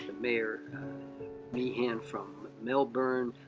mayor meehan from melbourne,